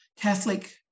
Catholic